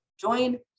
join